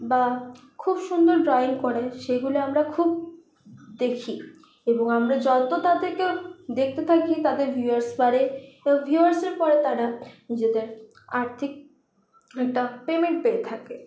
বা খুব সুন্দর ড্রয়িং করে সেগুলো আমরা খুব দেখি এবং আমরা যত তাদেরকে দেখতে থাকি তাদের ভিউয়ার্স বাড়ে এবং ভিউয়ার্সের পরে তারা নিজেদের আর্থিক একটা পেমেন্ট পেয়ে থাকে